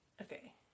Okay